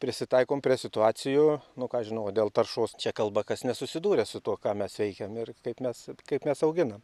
prisitaikom prie situacijų nu ką aš žinau o dėl taršos čia kalba kas nesusidūręs su tuo ką mes veikiam ir kaip mes kaip mes auginam